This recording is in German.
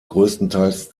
größtenteils